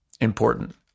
important